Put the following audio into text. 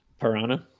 Piranha